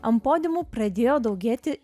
ant podiumų pradėjo daugėti